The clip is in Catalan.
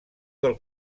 del